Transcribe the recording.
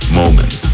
moment